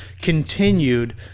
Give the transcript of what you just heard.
continued